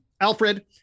Alfred